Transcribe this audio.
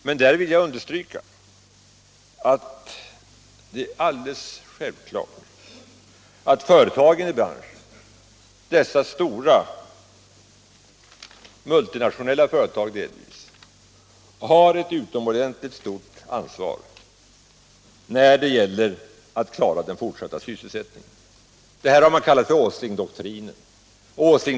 Men jag vill understryka att företagen i branschen —- delvis stora multinationella företag — har ett utomordentligt stort ansvar när det gäller att klara den fortsatta sysselsättningen. Det här har kallats för Åslingdoktrinen.